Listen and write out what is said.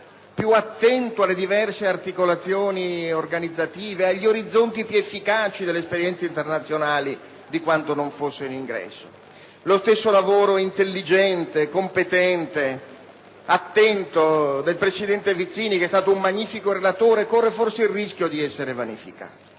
più attento alle diverse articolazioni organizzative, agli orizzonti più efficaci delle esperienze internazionali di quanto non fosse all'ingresso in Parlamento. Lo stesso lavoro intelligente, competente, attento del presidente Vizzini, che è stato un magnifico relatore, corre forse il rischio di essere vanificato.